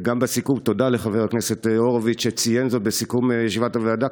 וגם בסיכום תודה לחבר הכנסת הורוביץ שציין זאת בסיכום ישיבת הוועדה,